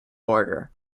order